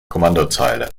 kommandozeile